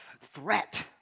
threat